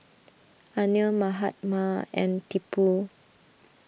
Anil Mahatma and Tipu